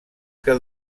que